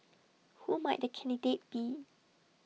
who might the candidate be